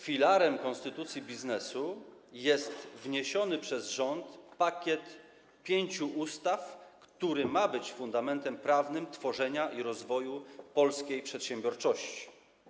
Filarem konstytucji biznesu jest wniesiony przez rząd pakiet pięciu ustaw, który ma być fundamentem prawnym tworzenia i rozwoju polskiej przedsiębiorczości.